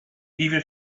even